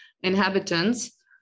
inhabitants